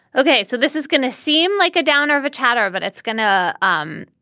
ok. so this is going to seem like a downer of a chatter, but it's going to. um